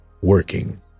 working